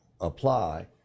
apply